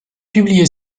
publié